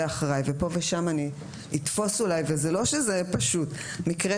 אחראי ופה ושם אני אתפוס אולי - וזה לא שזה פשוט מקרה